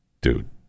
Dude